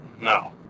No